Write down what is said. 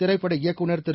திரைப்பட இயக்குநர் திரு